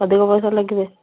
ଅଧିକ ପଇସା ଲାଗିବ